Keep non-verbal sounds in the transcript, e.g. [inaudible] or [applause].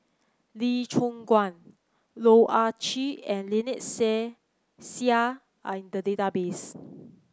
Lee Choon Guan Loh Ah Chee and Lynnette Seah [unintelligible] are in the database